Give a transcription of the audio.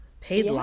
paid